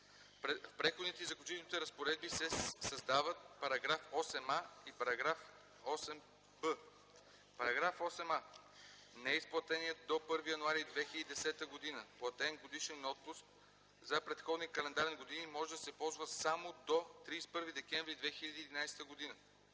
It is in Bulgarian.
В Преходните и заключителните разпоредби се създават § 8а и 8б: “§ 8а. Неизплатеният до 1 януари 2010 г. платен годишен отпуск за предходни календарни години може да се ползва само до 31 декември 2011 г.